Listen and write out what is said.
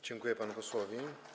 Dziękuję panu posłowi.